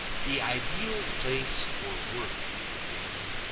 the ideal place for work you've been,